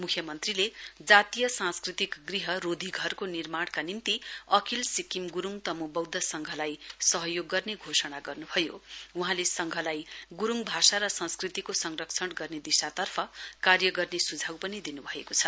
मुख्यमन्त्रीले जातीय सांस्कृतिक गृह रोधीघरको निर्माणका निम्ति अखिल सिक्किम गुरूङ तम् बौद्ध संघली सहयोग गर्ने घोषणा गर्नुभयो वहाँले संघलाई गुरूङ भाषा र संस्कृतिको संरक्षण गर्ने दिशातर्फ कार्य गर्ने सुझाउ पनि दिनुभएको छ